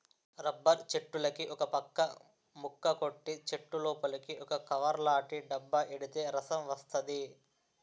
rubber చెట్టులుకి ఒకపక్క ముక్క కొట్టి చెట్టులోపలికి ఒక కవర్లాటి డబ్బా ఎడితే రసం వస్తది